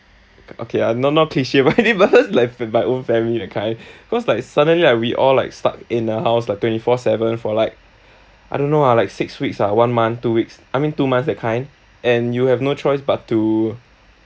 okay ah not not cliche many of us left by own family that kind cause like suddenly like we all like stuck in the house like twenty four seven for like I don't know ah like six weeks lah one month two weeks I mean two months that kind and you have no choice but to